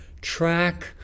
track